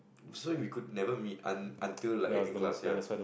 so we could never meet un~ until like acting class ya